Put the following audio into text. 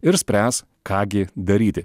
ir spręs ką gi daryti